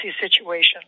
situation